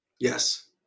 Yes